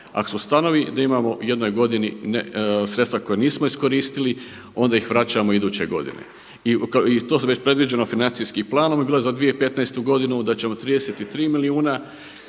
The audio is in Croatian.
ako se ustanovi da imamo u jednoj godini sredstva koja nismo iskoristili onda ih vraćamo iduće godine. I to su već predviđena financijskim planom je bilo za 2015. godinu, da ćemo 33 milijuna